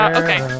okay